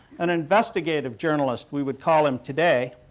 an investigative journalist we would call him today.